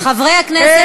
חברי הכנסת,